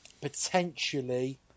potentially